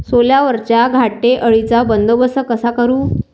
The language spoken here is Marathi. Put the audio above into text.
सोल्यावरच्या घाटे अळीचा बंदोबस्त कसा करू?